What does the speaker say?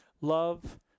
love